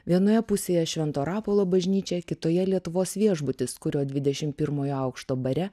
vienoje pusėje švento rapolo bažnyčia kitoje lietuvos viešbutis kurio dvidešim pirmojo aukšto bare